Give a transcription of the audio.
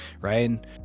Right